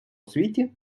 світі